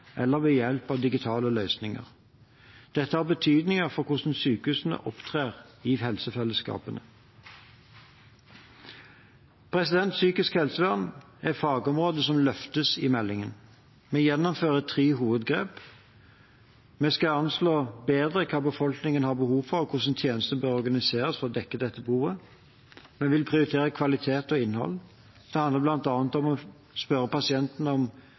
eller ved hjelp av digitale løsninger. Dette har betydning for hvordan sykehusene opptrer i helsefellesskapene. Psykisk helsevern er et fagområde som løftes i meldingen. Vi gjennomfører tre hovedgrep. Vi skal anslå bedre hva befolkningen har behov for, og hvordan tjenestene bør organiseres for å dekke dette behovet. Vi vil prioritere kvalitet og innhold. Det handler bl.a. om å spørre pasienten om